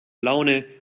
laune